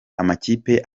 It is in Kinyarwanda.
amakipe